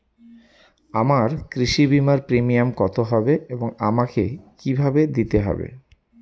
আমার কৃষি বিমার প্রিমিয়াম কত হবে এবং আমাকে কি ভাবে দিতে হবে?